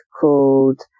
called